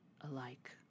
alike